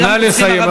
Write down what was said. נא לסיים.